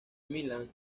milan